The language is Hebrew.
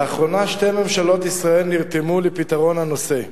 לאחרונה, שתי ממשלות ישראל נרתמו לפתרון הנושא.